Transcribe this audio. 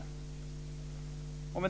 Fru talman!